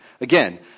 Again